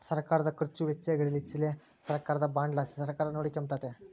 ಸರ್ಕಾರುದ ಖರ್ಚು ವೆಚ್ಚಗಳಿಚ್ಚೆಲಿ ಸರ್ಕಾರದ ಬಾಂಡ್ ಲಾಸಿ ಸರ್ಕಾರ ನೋಡಿಕೆಂಬಕತ್ತತೆ